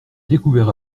découvert